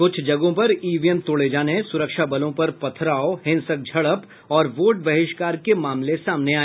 कुछ जगहों पर ईवीएम तोड़े जाने सुरक्षा बलों पर पथराव हिंसक झड़प और वोट बहिष्कार के मामले सामने आए